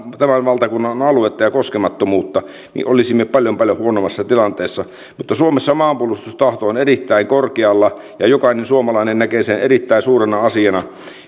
tämän valtakunnan aluetta ja koskemattomuutta niin olisimme paljon paljon huonommassa tilanteessa mutta suomessa maanpuolustustahto on erittäin korkealla ja jokainen suomalainen näkee sen erittäin suurena asiana